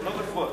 לא בפועל.